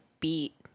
beat